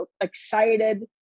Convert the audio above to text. excited